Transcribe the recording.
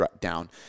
down